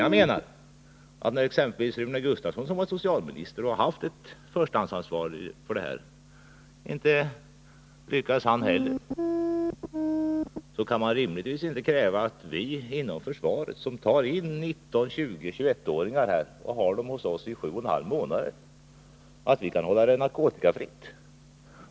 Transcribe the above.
Inte heller Rune Gustavsson, som ju har varit socialminister och haft ett förstahandsansvar för det här, lyckades komma till rätta med problemet. Då kan man rimligtvis inte kräva att vi inom försvaret, som tar in 19-, 20 och 21-åringar och har dem hos oss i sju och en halv månad, skall kunna hålla dem narkotikafria.